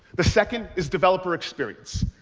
the second is developer experience.